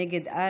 נגד,